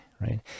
right